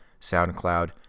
SoundCloud